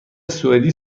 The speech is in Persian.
سوئدی